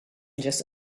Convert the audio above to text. just